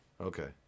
Okay